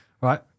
Right